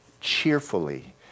cheerfully